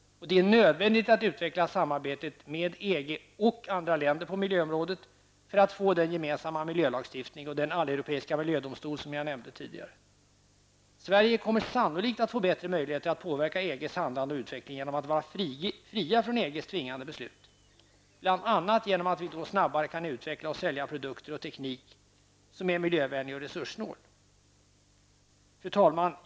Det är nödvändigt att utveckla samarbetet med EG och andra länder på miljöområdet för att få den gemensamma miljölagstiftning och den alleuropeiska miljödomstol som jag nämnde tidigare. Sverige kommer sannolikt att få bättre möjligheter att påverka EGs handlande och utveckling genom att vara fria från EGs tvingade beslut, bl.a. genom att vi då snabbare kan utveckla och sälja produkter och teknik som är miljövänliga och resurssnåla. Fru talman!